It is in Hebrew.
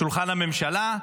שולחן הממשלה,